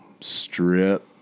strip